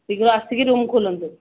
ଶୀଘ୍ର ଆସିକି ରୁମ୍ ଖୋଲନ୍ତୁ